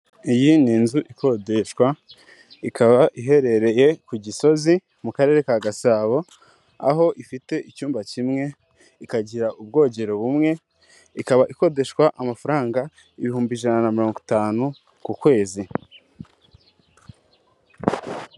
Iyi ni inzu ikodeshwa ikaba iherereye ku Gisozi mu karere ka Gasabo aho ifite icyumba kimwe ikagira ubwogero bumwe ikaba ikodeshwa amafaranga ibihumbi ijana na mirongo itanu ku kwezi.